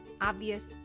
obvious